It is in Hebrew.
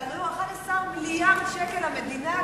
ועלו 11 מיליארד שקל למדינה,